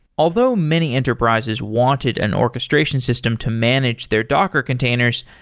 although, many enterprises wanted an orchestration system to manage their docker containers,